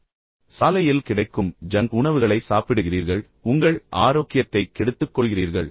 எனவே நீங்கள் சாலையில் கிடைக்கும் ஜங்க் உணவுகளை சாப்பிடுகிறீர்கள் எனவே உங்கள் ஆரோக்கியத்தை கெடுத்துக் கொள்கிறீர்கள்